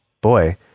boy